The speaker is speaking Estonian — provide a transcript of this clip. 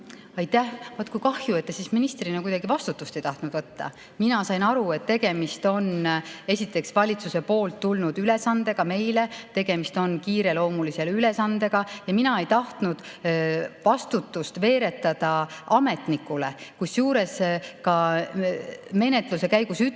Aitäh! Vaat kui kahju, et te ministrina kuidagi vastutust ei tahtnud võtta. Mina sain aru, et tegemist on esiteks valitsuse poolt tulnud ülesandega, kiireloomulise ülesandega, ja mina ei tahtnud vastutust veeretada ametnikule. Kusjuures ka menetluse käigus ütlusi